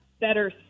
Better